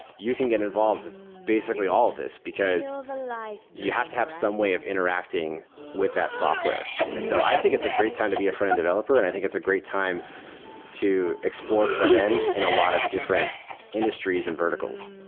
you can get involved with basically all of these, because you have to have some way of interacting with that software. and so i think it's a great time to be a frontend developer and i think it's a great time to explore frontend in a lot of different industries and verticals.